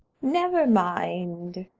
never mind.